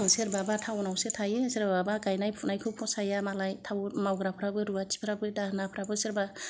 सोरबाबा टाउनावसो थायो सोरबाबा गायनाय फुनायखौ फसाया मालाय मावग्राफ्राबो रुवाथिफ्राबो दाहोनाफ्राबो सोरबा